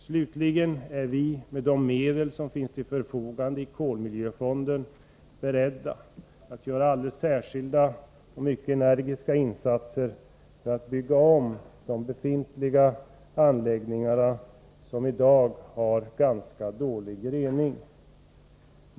Slutligen är vi med de medel som finns till förfogande i kolmiljöfonden beredda att göra alldeles särskilda och mycket energiska insatser för att bygga om de befintliga anläggningar som i dag har ganska dålig rening.